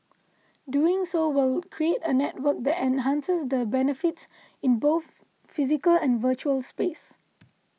doing so will create a network that enhances the benefits in both physical and virtual space